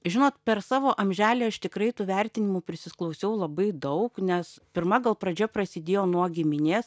žinot per savo amželį aš tikrai tų vertinimų prisiklausiau labai daug nes pirma gal pradžia prasidėjo nuo giminės